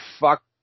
fuck